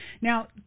Now